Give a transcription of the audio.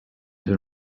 been